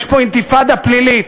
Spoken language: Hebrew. יש פה אינתיפאדה פלילית,